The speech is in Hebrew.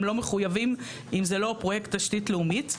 הם לא מחויבים אם זה לא פרויקט תשתית לאומית.